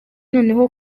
noneho